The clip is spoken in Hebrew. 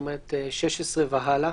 16 והלאה?